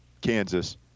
Kansas